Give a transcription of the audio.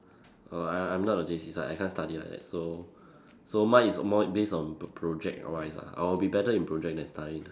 err I I'm not the J_C type I can't study like that so so mine is more based on pr~ project wise ah I would be better in project than studying lah